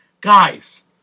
Guys